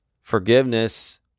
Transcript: forgiveness